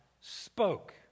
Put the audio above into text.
spoke